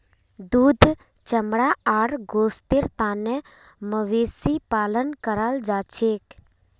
दूध चमड़ा आर गोस्तेर तने मवेशी पालन कराल जाछेक